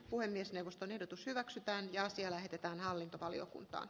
puhemiesneuvoston ehdotus hyväksytään ja asia lähetetään hallintovaliokuntaan